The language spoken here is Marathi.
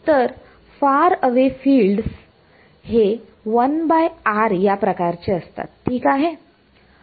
तर फार अवे फिल्डस हे 1r या प्रकारचे असतात ठीक आहे